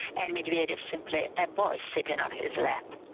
and medvedev simply a boy sitting on his lap,